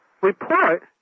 report